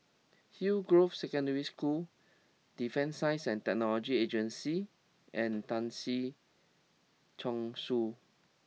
Hillgrove Secondary School Defence Science and Technology Agency and Tan Si Chong Su